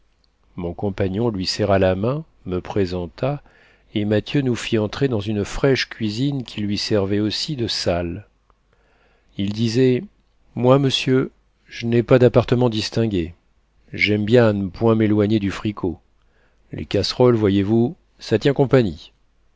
mon compagnon lui serra la main me présenta et mathieu nous fit entrer dans une fraîche cuisine qui lui servait aussi de salle il disait moi monsieur j'nai pas d'appartement distingué j'aime bien à n'point m'éloigner du fricot les casseroles voyez-vous ça tient compagnie